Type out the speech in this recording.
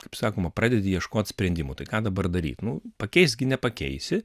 kaip sakoma pradedi ieškot sprendimų tai ką dabar daryt nu pakeist gi nepakeisi